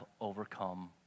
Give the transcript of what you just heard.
overcome